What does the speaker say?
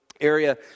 area